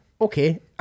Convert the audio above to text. okay